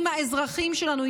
עם האזרחים שלנו,